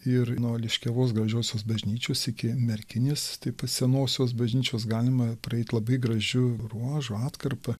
ir nuo liškiavos gražiosios bažnyčios iki merkinės taip pat senosios bažnyčios galima praeit labai gražiu ruožu atkarpą